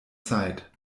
zeit